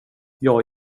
jag